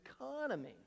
economy